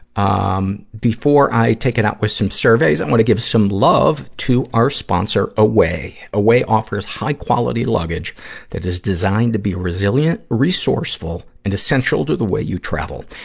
um before i take it out with some surveys, i want to give some love to our sponsor, away. away offers high-quality luggage that is designed to be resilient, resourceful, and essential to the way you travel.